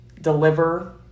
deliver